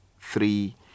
three